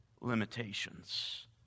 limitations